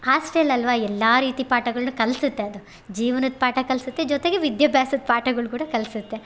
hostel ಅಲ್ವಾ ಎಲ್ಲ ರೀತಿ ಪಾಠಗಳನ್ನು ಕಲಿಸತ್ತೆ ಅದು ಜೀವ್ನದ ಪಾಠ ಕಲಿಸತ್ತೆ ಜೊತೆಗೆ ವಿದ್ಯಾಭ್ಯಾಸದ ಪಾಠಗಳು ಕೂಡ ಕಲಿಸತ್ತೆ